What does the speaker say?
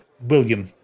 William